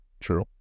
True